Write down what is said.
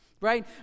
Right